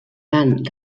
van